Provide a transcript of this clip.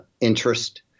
interest